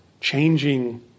changing